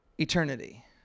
Eternity